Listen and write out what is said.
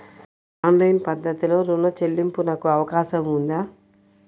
Online పద్ధతిలో రుణ చెల్లింపునకు అవకాశం ఉందా?